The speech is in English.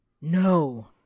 No